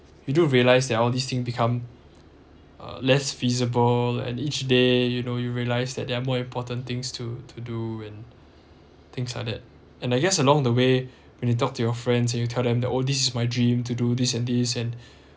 you don't realize that all these thing become uh less feasible and each day you know you realize that there are more important things to to do and things like that and I guess along the way when you talk to your friends and you tell them oh this is my dream to do this and this and